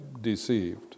deceived